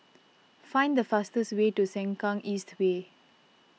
find the fastest way to Sengkang East Way